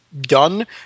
done